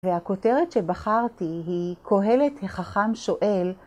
והכותרת שבחרתי היא קוהלת החכם שואל,